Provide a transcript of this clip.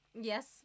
Yes